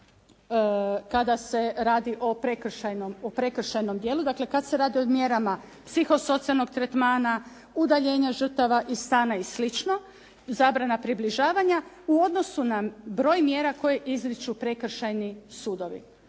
kada se radi o prekršajnom djelu, dakle kad se radi o mjerama psihosocijalnog tretmana, udaljenja žrtava iz stana i slično, zabrana približavanja, u odnosu na broj mjera koje izriču prekršajni sudovi.